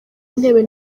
intebe